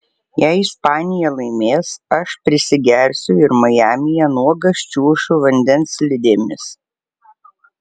jei ispanija laimės aš prisigersiu ir majamyje nuogas čiuošiu vandens slidėmis